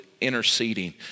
interceding